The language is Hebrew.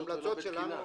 למה בהמלצות ולא בתקינה?